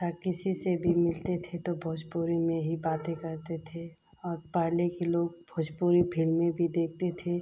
या किसी से भी मिलते थे तो भोजपुरी में ही बातें करते थे और पहले के लोग भोजपुरी फिल्में भी देखते थे